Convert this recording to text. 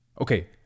okay